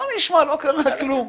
בואו נשמע, לא קרה כלום.